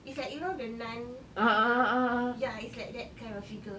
it's like you know the nun figure ya it's like that kind of figure